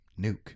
nuke